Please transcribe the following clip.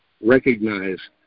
recognize